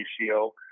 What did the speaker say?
ratio